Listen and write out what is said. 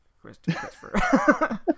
Christopher